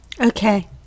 Okay